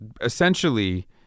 essentially